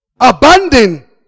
Abandon